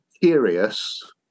curious